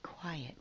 quiet